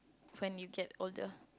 when you get older